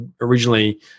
originally